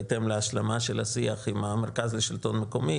בהתאם להשלמה של השיח עם המרכז לשלטון מקומי